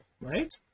right